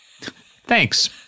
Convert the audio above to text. Thanks